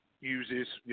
uses